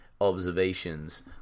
observations